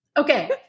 Okay